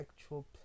actual